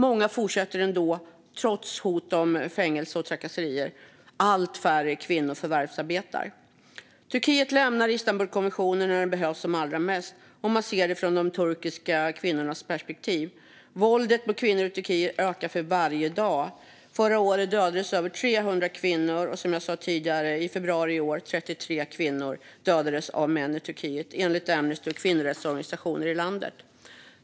Många fortsätter ändå trots hot om fängelse och trakasserier. Allt färre kvinnor förvärvsarbetar. Turkiet lämnar Istanbulkonventionen när den behövs som allra mest sett ur de turkiska kvinnornas perspektiv. Våldet mot kvinnor i Turkiet ökar för varje dag. Förra året dödades över 300 kvinnor av män, och, som jag sa tidigare, enligt Amnesty och kvinnorättsorganisationer i landet dödades 33 kvinnor bara i februari i år.